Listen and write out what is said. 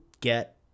get